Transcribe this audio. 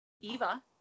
Eva